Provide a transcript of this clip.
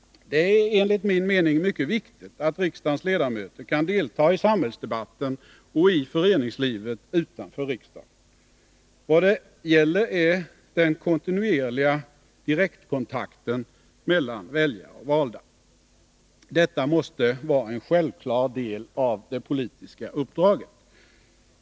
Det är enligt min mening mycket viktigt att riksdagens ledamöter kan delta i samhällsdebatten och i föreningslivet utanför riksdagen. Vad det gäller är den kontinuerliga direktkontakten mellan väljare och valda. Detta måste vara en självklar del av det politiska uppdraget.